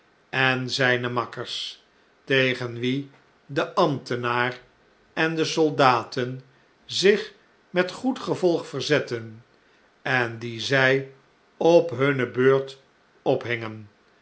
en zjjne makkers tegen wie de ambtenaar en de soldaten zich met goed gevolg verzetten en die zjj op hunne beurt ophingen